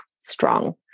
strong